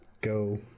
Go